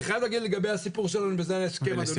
אני חייב להגיד לגבי הסיפור שלנו ובזה אני אסכם,